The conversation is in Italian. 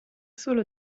solo